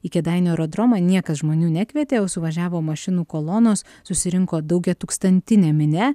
į kėdainių aerodromą niekas žmonių nekvietė o suvažiavo mašinų kolonos susirinko daugiatūkstantinė minia